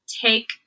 take